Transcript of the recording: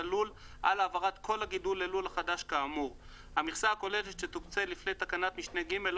אם הלול הוקם בשנת התכנון הקודמת,